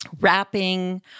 wrapping